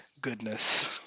goodness